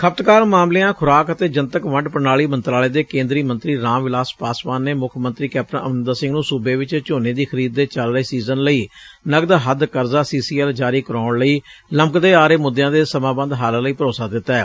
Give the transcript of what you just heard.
ਖਪਤਕਾਰ ਮਾਮਲਿਆਂ ਖੁਰਾਕ ਅਤੇ ਜਨਤਕ ਵੰਡ ਪ੍ਰਣਾਲੀ ਮੰਤਰਾਲੇ ਦੇ ਕੇਂਦਰੀ ਮੰਤਰੀ ਰਾਮ ਵਿਲਾਸ ਪਾਸਵਾਨ ਨੇ ਮੁੱਖ ਮੰਤਰੀ ਕੈਪਟਨ ਅਮਰਿੰਦਰ ਸਿੰਘ ਨੇ ਸੁਬੇ ਵਿੱਚ ਝੋਨੇ ਦੀ ਖ਼ਰੀਦ ਦੇ ਚੱਲ ਰਹੇ ਸੀਜ਼ਨ ਲਈ ਨਗਦ ਹੱਦ ਕਰਜ਼ਾ ਸੀਸੀਐਲ ਜਾਰੀ ਕਰਵਾਉਣ ਲਈ ਬਕਾਇਆ ਪਏ ਸਾਰੇ ਮੁੱਦਿਆਂ ਦੇ ਸਮਾਬੱਧ ਹੱਲ ਲਈ ਭਰੋਸਾ ਦਿਵਾਇਐ